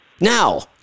Now